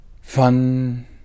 fun